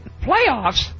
Playoffs